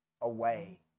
away